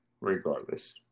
regardless